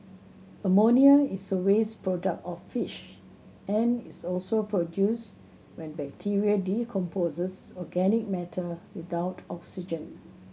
ammonia is a waste product of fish and is also produced when bacteria decomposes organic matter without oxygen